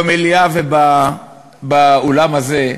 במליאה, ובאולם הזה,